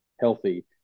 healthy